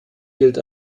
gilt